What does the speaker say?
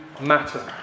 matter